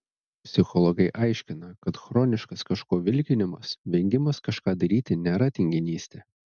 psichologai aiškina kad chroniškas kažko vilkinimas vengimas kažką daryti nėra tinginystė